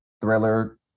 thriller